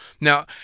Now